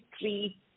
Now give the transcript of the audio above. three